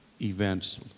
events